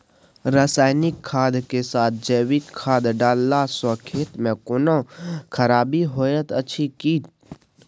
रसायनिक खाद के साथ जैविक खाद डालला सॅ खेत मे कोनो खराबी होयत अछि कीट?